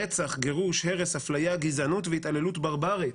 רצח, גירוש, הרס, אפליה, גזענות והתעללות ברברית